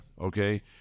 okay